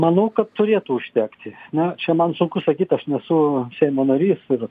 manau kad turėtų užtekti na čia man sunku sakyt aš nesu seimo narys ir